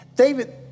David